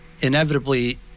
inevitably